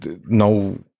no